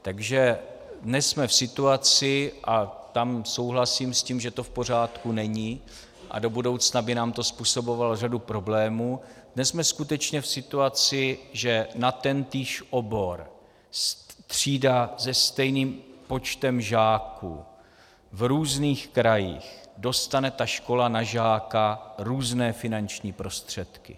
Takže dnes jsme v situaci a tam souhlasím s tím, že to v pořádku není a do budoucna by nám to způsobovalo řadu problémů dnes jsme skutečně v situaci, že na tentýž obor, třída se stejným počtem žáků v různých krajích, dostane ta škola na žáka různé finanční prostředky.